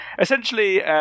Essentially